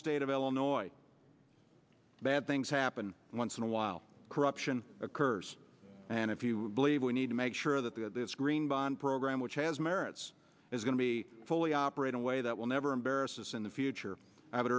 state of illinois bad things happen once in a while corruption occurs and if you believe we need to make sure that the screen bond program which has merits is going to be fully operate in a way that will never embarrass us in the future i